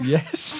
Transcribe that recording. Yes